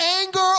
anger